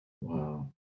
wow